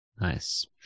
Nice